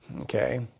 Okay